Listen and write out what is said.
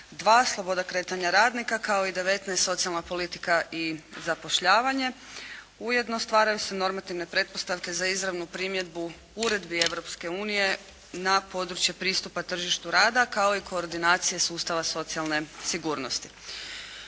– sloboda kretanja radnika kao i 19. – socijalna politika i zapošljavanje. Ujedno stvaraju se normativne pretpostavke za izravnu primjedbu uredbi Europske unije na područje pristupa tržištu rada kao i koordinacije sustava socijalne sigurnosti.